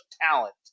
talent